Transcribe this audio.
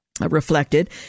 Reflected